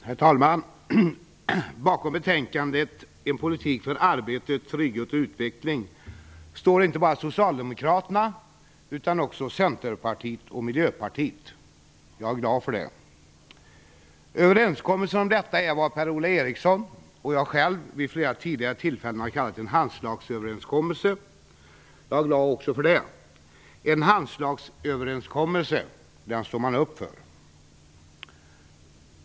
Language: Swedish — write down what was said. Herr talman! Bakom betänkandet En politik för arbete, trygghet och utveckling står inte bara Socialdemokraterna utan också Centerpartiet och Miljöpartiet. Jag är glad för det. Överenskommelsen om detta är vad Per-Ola Eriksson och jag själv vid flera tidigare tillfällen har kallat för en handslagsöverenskommelse. Jag är glad också för det. En handslagsöverenskommelse står man nämligen upp för.